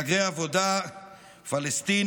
מהגרי עבודה פלסטינים,